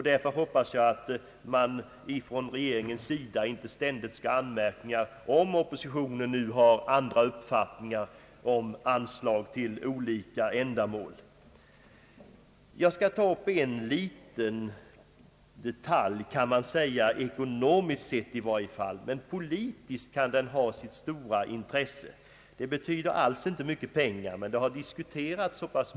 Därför hoppas jag att man från regeringens sida inte ständigt skall anmärka på, om oppositionen nu har andra uppfattningar i fråga om anslag till olika ändamål. Jag skall också ta upp en detaljfråga, i varje fall gäller den ekonomiskt sett en detalj. Politiskt kan den dock ha sitt stora intresse. Den betyder inte alls så mycket i fråga om pengar, men den har diskuterats en hel del.